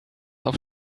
auf